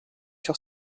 sur